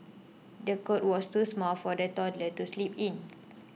the cot was too small for the toddler to sleep in